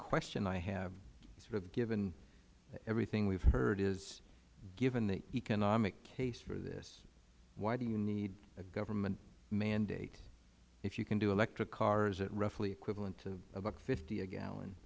question i have sort of given everything we have heard is given the economic case for this why do you need a government mandate if you can do electric cars at roughly equivalent to a buck fifty a gallon